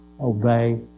obey